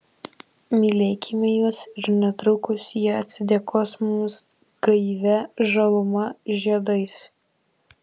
mylėkime juos ir netrukus jie atsidėkos mums gaivia žaluma žiedais